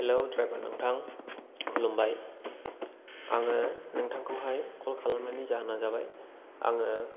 hello driver नोंथां खुलुमबाय आङो नोंथांखौहाय क'ल खालामनायनि जाहोना जाबाय आङो